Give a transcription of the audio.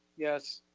yes.